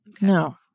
no